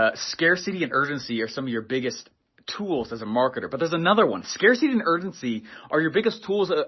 ah scarcity and urgency are some of your biggest tools as a marketer, but there's another one. scarcity and urgency are your biggest tools ah